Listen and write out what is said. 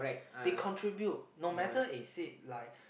they contribute no matter is it like